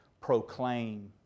proclaim